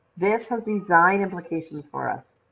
this has design implications for us.